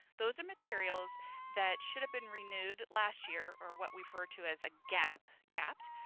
those are materials that should've been renewed last year, or what we refer to as a gap, gapped,